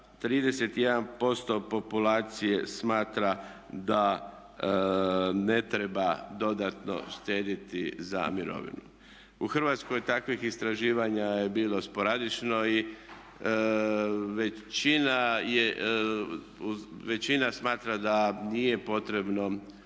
31% populacije smatra da ne treba dodatno štedjeti za mirovinu. U Hrvatskoj takvih istraživanja je bilo sporadično i većina smatra da nije potrebno